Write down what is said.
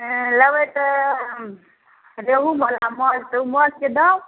लेबै तऽ रेहूवला माछ तऽ ओ माछके दाम